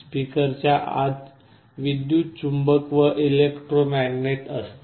स्पीकरच्या आत विद्युत चुंबक व इलेकट्रोमॅग्नेट असते